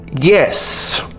yes